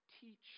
teach